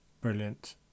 brilliant